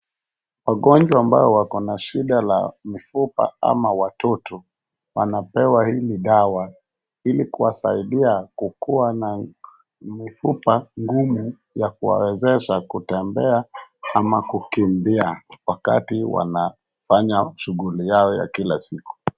Wagonjwa ambao wako na shida ya mifupa ama watoto wanapewa hili dawa ili kuwasaidia kukua na mifupa ngumu ya kuwawezesha kutembea ama kukimbia wakati wanafanya shughuli yao ya kila siku.